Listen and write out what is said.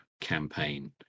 campaign